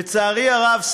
לצערי הרב,